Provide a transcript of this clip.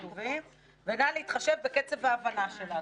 כתובים וגם להתחשב בקצב ההבנה שלנו.